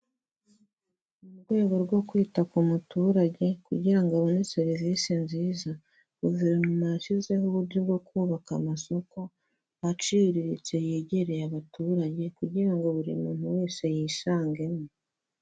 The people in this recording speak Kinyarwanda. Mu rwego rwo kwita ku muturage kugira ngo abone serivisi nziza, guverinoma yashyizeho uburyo bwo kubaka amasoko aciriritse yegereye abaturage kugira ngo buri muntu wese yisangemo.